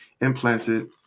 implanted